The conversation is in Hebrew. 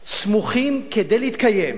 סמוכים, כדי להתקיים,